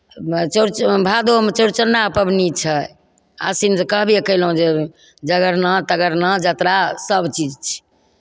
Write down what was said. चौड़चन भादवमे चौड़चना पाबनि छै आसिन जे कहबे कयलहुँ जे जगरना तगरना यात्रा सभचीज छै